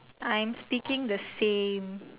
I'm speaking the same